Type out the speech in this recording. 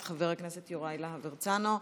את חבר הכנסת יוראי להב הרצנו,